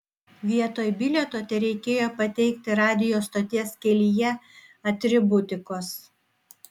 vietoj bilieto tereikėjo pateikti radijo stoties kelyje atributikos